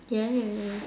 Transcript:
yes